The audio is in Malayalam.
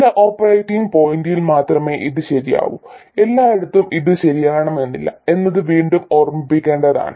ചില ഓപ്പറേറ്റിംഗ് പോയിന്റിൽ മാത്രമേ ഇത് ശരിയാകൂ എല്ലായിടത്തും ഇത് ശരിയാകണമെന്നില്ല എന്നത് വീണ്ടും ഓർമ്മിക്കേണ്ടതാണ്